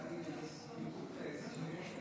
אפס נגד.